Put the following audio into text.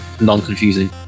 non-confusing